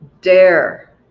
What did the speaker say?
dare